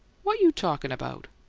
what you talkin' about?